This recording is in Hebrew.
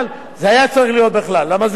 זה היה צריך להיות בכלל, למה זה שלו.